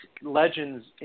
legends